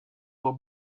doit